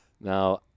Now